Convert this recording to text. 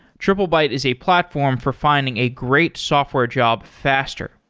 triplebyte is a platform for finding a great software job faster.